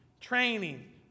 training